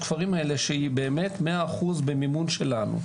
הכפרים האלה שהיא באמת מאה אחוז במימון שלנו.